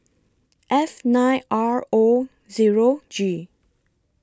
F nine R O Zero G